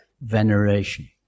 veneration